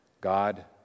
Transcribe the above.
God